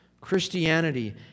Christianity